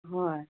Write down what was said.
হয়